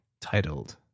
titled